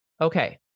okay